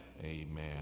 Amen